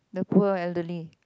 the poor elderly